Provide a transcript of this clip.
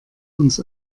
uns